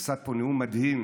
נשאת פה נאום מדהים.